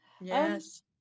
yes